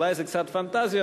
אולי זה קצת פנטזיות,